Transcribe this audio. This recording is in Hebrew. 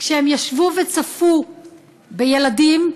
כשהם ישבו וצפו בילדים,